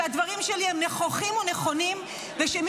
שהדברים שלי הם נכוחים ונכונים ושמן